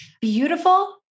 beautiful